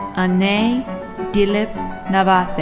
anay dilip nawathe.